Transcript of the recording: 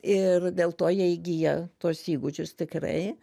ir dėl to jie įgyja tuos įgūdžius tikrai